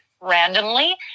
randomly